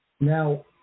Now